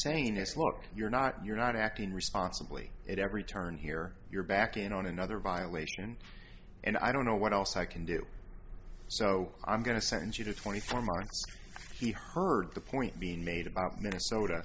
saying is look you're not you're not acting responsibly at every turn here you're back in on another violation and i don't know what else i can do so i'm going to send you to twenty four he heard the point being made about minnesota